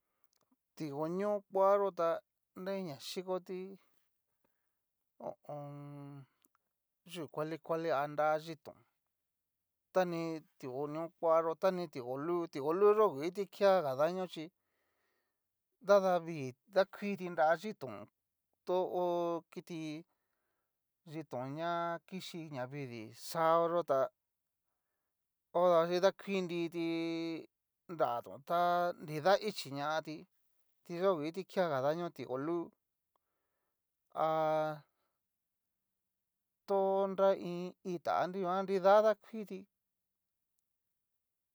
Tioño kuayó ta nrei na chikoti ho o on. yú kuali kuali a nra yitón, ta ni tikoño kua yó ta ni ti kolu, ti kolu ngu kiti kea ga daño chí nradavii dakuiti nra yitón, to ho kiti yitón ña kixhí ñavidii xaoyó tá odavaxichi dakui nriti nratón tá nridaichi ñati kiti yó ngu kiti ke ña daño tikolu ha to nra iin ita a nruguan nida dakuiti.